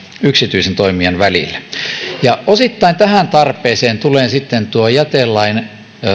yksityisen toimijan välillä osittain tähän tarpeeseen tulee sitten jätelain